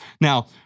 Now